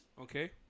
Okay